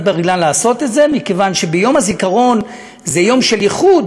בר-אילן לעשות את זה מכיוון שיום הזיכרון זה יום של איחוד,